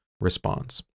response